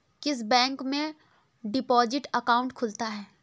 किस बैंक में deposit account खुलता है?